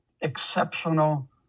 exceptional